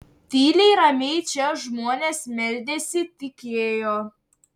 tyliai ramiai čia žmonės meldėsi tikėjo